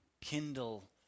kindle